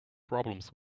problems